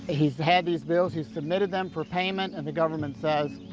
he's had these bills. he submitted them for payment and the government says,